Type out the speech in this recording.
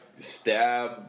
Stab